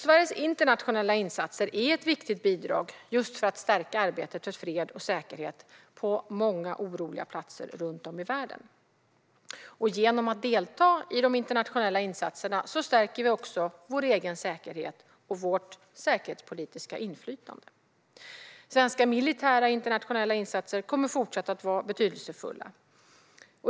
Sveriges internationella insatser är ett viktigt bidrag för att stärka arbetet för fred och säkerhet på många oroliga platser runt om i världen. Genom att delta i de internationella insatserna stärker vi också vår egen säkerhet och vårt säkerhetspolitiska inflytande. Svenska militära internationella insatser kommer att fortsätta att vara betydelsefulla.